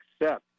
accept